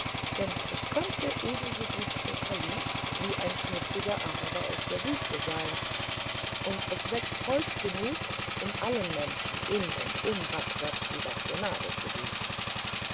denn es könnte ebensogut der kalif wie ein schmutziger araber aus der wüste sein und es wächst holz genug um allen menschen in und um bagdad die bastonade zu geben